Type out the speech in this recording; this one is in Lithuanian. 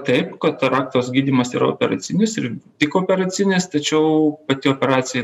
taip kataraktos gydymas yra operacinis tik operacinis tačiau pati operacija